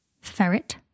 Ferret